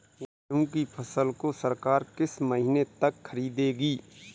गेहूँ की फसल को सरकार किस महीने तक खरीदेगी?